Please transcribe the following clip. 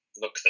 look